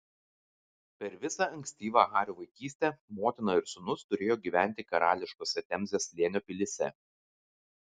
per visą ankstyvą hario vaikystę motina ir sūnus turėjo gyventi karališkose temzės slėnio pilyse